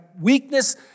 weakness